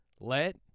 Let